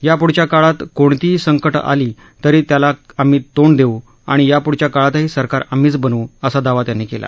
याप्ढच्या काळात कोणतीही संकटं आली तरी त्याला आम्ही तोंड देऊ आणि याप्ढच्या काळातही सरकार आम्हीच बनवू असा दावा त्यांनी केला